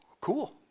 cool